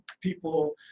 people